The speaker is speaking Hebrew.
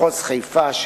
מחוז חיפה,